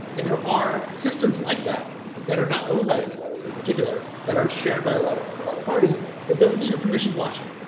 and there are systems like that that are not owned by anybody, in particular, that are shared by a lot of lot of parties that don't need a permission blockchain.